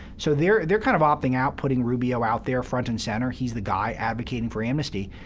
so they're they're kind of opting out, putting rubio out there front and center. he's the guy advocating for amnesty,